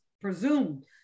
presumed